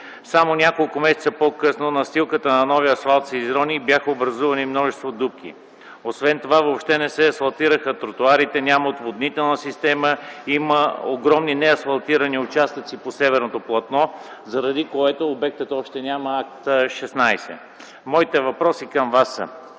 Само няколко месеца по-късно настилката на новия асфалт се изрони и бяха образувани множество дупки. Освен това въобще не се асфалтираха тротоарите, няма отводнителна система, има огромни неасфалтирани участъци по северното платно, заради което обектът още няма Акт 16. Моите въпроси към Вас са: